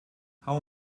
how